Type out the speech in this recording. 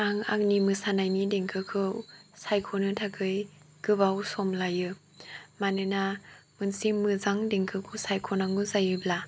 आं आंनि मोसानायनि देंखोखौ सायख'नो थाखाय गोबाव सम लायो मानोना मोनसे मोजां देंखोखौ सायख'नांगौ जायोब्ला